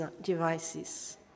devices